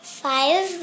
five